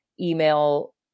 email